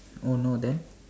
oh no then